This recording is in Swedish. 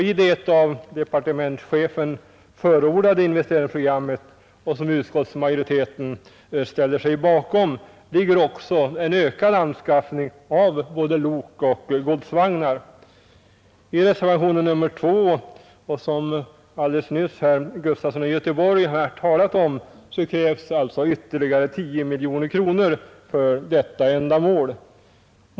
I det av departementschefen förordade investeringsprogrammet, som utskottsmajoriteten ställer sig bakom, ligger också en ökad anskaffning av både lok och godsvagnar. I reservationen 2 a, som herr Gustafson i Göteborg alldeles nyss har talat om, krävs ytterligare 10 miljoner kronor för detta ändamål.